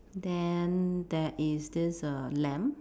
then there is this err lamp